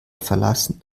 verlassen